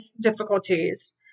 difficulties